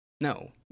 no